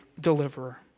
deliverer